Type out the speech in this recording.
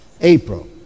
April